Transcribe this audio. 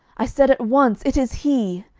i said at once, it is he!